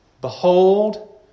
Behold